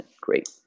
great